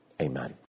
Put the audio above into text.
amen